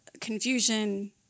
confusion